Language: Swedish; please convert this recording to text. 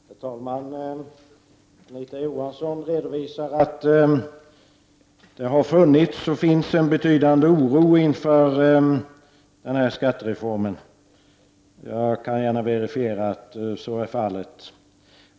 Herr talman! Anita Johansson redovisar att det har funnits och finns en betydande oro inför den här skattereformen. Jag kan gärna verifiera att så är fallet.